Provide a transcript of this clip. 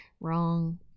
Wrong